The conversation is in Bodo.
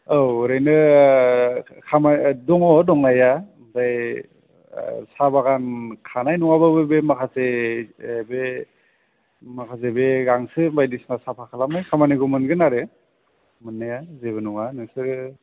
औ ओरैनो दङ दंनाया आमफ्राय साहा बागान खानाय नङाब्लाबो बे माखासे बे माखासे बे गांसो बायदिसिना साफा खालामनाय खामानिखौ मोनगोन आरो मोननाया जेबो नङा नोंसोरो